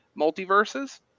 multiverses